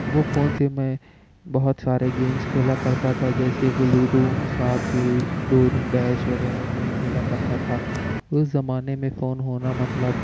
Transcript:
وہ فون سے میں بہت سارے گیمس کھیلا کرتا تھا جیسے کہ لوڈو سانپ سیڑھی ڈور ان ڈیش وغیرہ گیم کھیلا کرتا تھا اس زمانے میں فون ہونا مطلب